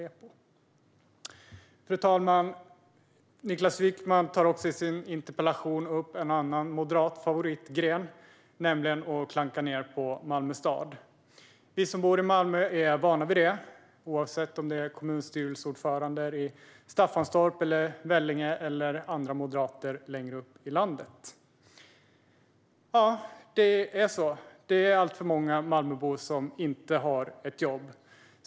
Fru talman! Niklas Wykman tar i sin interpellation också upp en annan moderat favoritgren, nämligen att klanka ned på Malmö stad. Vi som bor i Malmö är vana vid det, oavsett om det är kommunstyrelseordförande i Staffanstorp, i Vellinge eller i andra moderatledda kommuner längre upp i landet. Ja, det är alltför många Malmöbor som inte har ett jobb.